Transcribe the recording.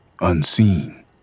unseen